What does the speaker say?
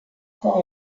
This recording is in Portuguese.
qual